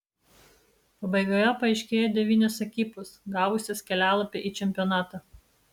pabaigoje paaiškėjo devynios ekipos gavusios kelialapį į čempionatą